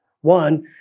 one